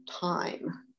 time